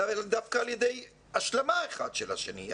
אלא דווקא על ידי השלמה אחד של השני,